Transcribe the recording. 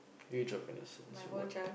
age of innocence what